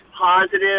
positive